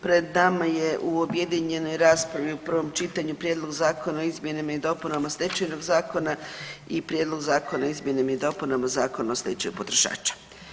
Pred nama je u objedinjenoj raspravi u prvom čitanju Prijedlog zakona o izmjenama i dopunama Stečajnog zakona i Prijedlog zakona o izmjenama i dopunama Zakona o stečaju potrošača.